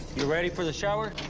you ready for the shower?